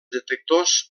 detectors